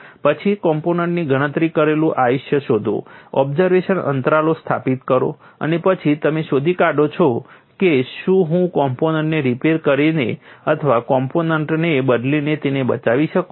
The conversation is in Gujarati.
પછી કોમ્પોનન્ટની ગણતરી કરેલું આયુષ્ય શોધો ઓબ્ઝર્વેશન અંતરાલો સ્થાપિત કરો અને પછી તમે શોધી કાઢો છો કે શું હું કોમ્પોનન્ટને રીપેર કરીને અથવા કોમ્પોનન્ટને બદલીને તેને બચાવી શકું છું